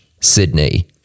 Sydney